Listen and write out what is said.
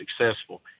successful